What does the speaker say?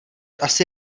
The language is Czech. asi